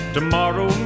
Tomorrow